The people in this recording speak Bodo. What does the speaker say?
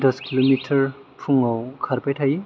दस किल'मिटार फुङाव खारबाय थायो